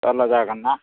जारला जागोन ना